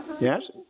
Yes